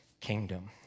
kingdom